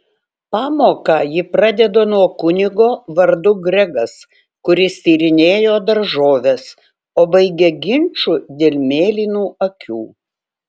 pamoką ji pradeda nuo kunigo vardu gregas kuris tyrinėjo daržoves o baigia ginču dėl mėlynų akių